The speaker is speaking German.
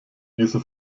diese